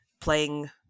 playing